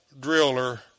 driller